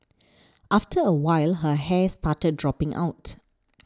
after a while her hair started dropping out